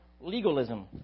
legalism